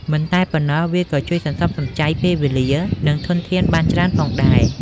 មិនតែប៉ុណ្ណោះ វាក៏ជួយសន្សំសំចៃពេលវេលា និងធនធានបានច្រើនផងដែរ។